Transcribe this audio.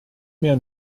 mehr